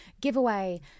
giveaway